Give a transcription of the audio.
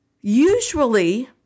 Usually